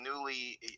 newly